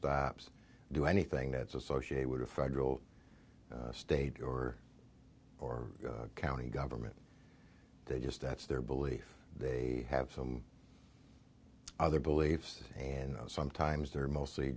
stops do anything that's associated with a federal state or or county government they just that's their belief they have some other beliefs and sometimes they're mostly